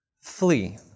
Flee